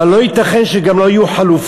אבל לא ייתכן שגם לא יהיו חלופות.